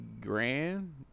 grand